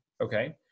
okay